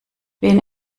wen